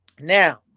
Now